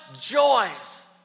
joys